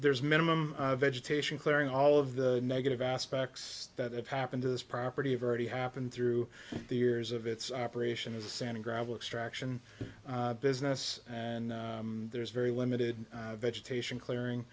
there's minimum vegetation clearing all of the negative aspects that have happened to this property of already happened through the years of its operation as sand gravel extraction business and there's very limited vegetation clearing